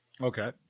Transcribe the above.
okay